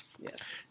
Yes